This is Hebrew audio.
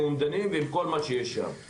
אומדנים וכל מה שיש שם.